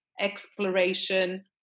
exploration